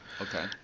Okay